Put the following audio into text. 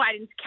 Biden's